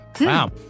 Wow